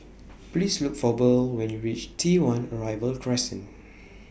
Please Look For Burl when YOU REACH T one Arrival Crescent